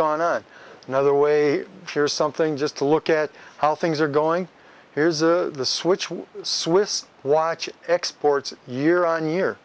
gone on another way here's something just to look at how things are going here's the switch with swiss watch exports year on year